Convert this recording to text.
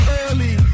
early